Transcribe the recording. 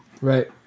Right